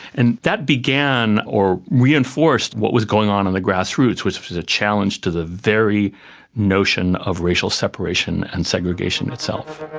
and that began or reinforced what was going on in the grass roots which was a challenge to the very notion of racial separation and segregation itself.